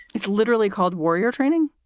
it's literally called warrior training.